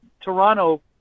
Toronto